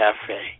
Cafe